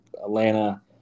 Atlanta